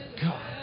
God